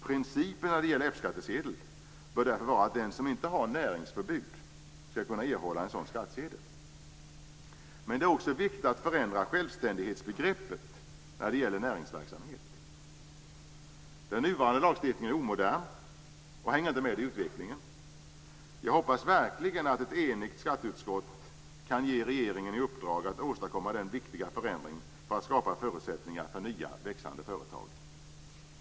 Principen när det gäller F-skattsedeln bör därför vara att den som inte har näringsförbud skall kunna erhålla en sådan skattsedel. Men det är också viktigt att förändra självständighetsbegreppet när det gäller näringsverksamhet. Den nuvarande lagstiftningen är omodern och hänger inte med i utvecklingen. Jag hoppas verkligen att ett enigt skatteutskott kan ge regeringen i uppdrag att åstadkomma den viktiga förändringen för att skapa förutsättningar för nya växande företag.